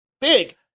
big